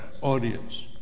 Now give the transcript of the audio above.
audience